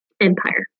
Empire